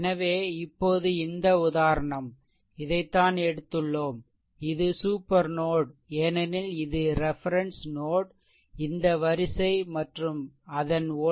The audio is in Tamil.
எனவே இப்போது இந்த உதாரணம் இதைத்தான் எடுத்துள்ளோம் இது ஒரு சூப்பர் நோட் ஏனெனில் இது ரெஃபெரென்ஸ் நோட் இந்த வரிசை மற்றும் அதன் வோல்டேஜ் v 0 0